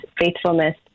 faithfulness